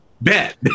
bet